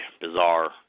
bizarre